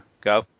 go